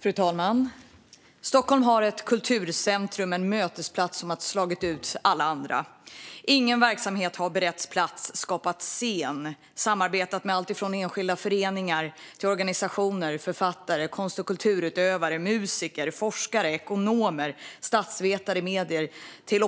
Fru talman! Stockholm har ett kulturcentrum, en mötesplats, som slagit ut alla andra. Ingen annan verksamhet har som den berett plats, skapat scen och samarbetat med allt från enskilda föreningar till organisationer, författare, konst och kulturutövare, musiker, forskare, ekonomer, statsvetare, medier och fjärran